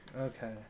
Okay